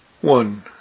One